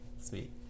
Sweet